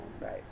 Right